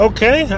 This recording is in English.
Okay